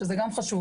שזה גם חשוב.